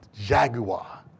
Jaguar